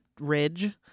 ridge